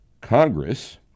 Congress